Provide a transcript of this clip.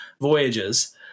voyages